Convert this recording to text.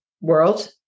world